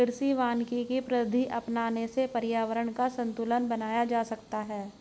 कृषि वानिकी की पद्धति अपनाने से पर्यावरण का संतूलन बनाया जा सकता है